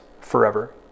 forever